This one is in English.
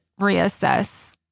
reassess